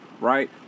Right